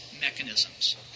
mechanisms